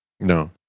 No